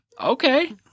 Okay